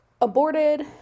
aborted